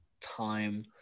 time